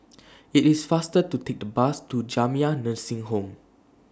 IT IS faster to Take The Bus to Jamiyah Nursing Home